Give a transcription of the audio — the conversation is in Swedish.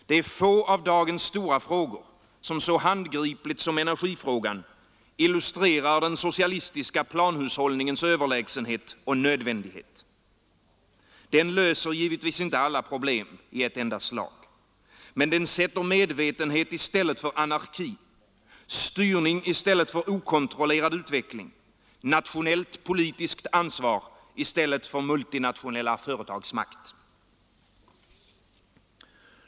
Det är få av dagens stora frågor som så handgripligt som energifrågan illustrerar den socialistiska planhushållningens överlägsenhet och nödvändighet. Den löser givetvis inte alla problem i ett enda slag. Men den sätter medvetenhet i stället för anarki, styrning i stället för okontrollerad utveckling, nationellt politiskt ansvar i stället för multinationella företags makt.